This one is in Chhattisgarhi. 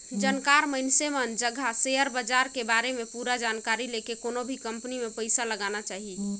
जानकार मइनसे मन जघा सेयर बाजार के बारे में पूरा जानकारी लेके कोनो भी कंपनी मे पइसा लगाना चाही